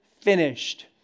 finished